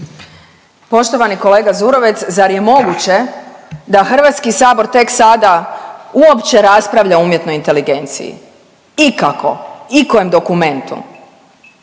Poštovani kolega Zurovec zar je moguće da Hrvatski sabor tek sada uopće raspravlja o umjetnoj inteligenciji, ikako, ikojem dokumentu.